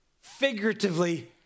figuratively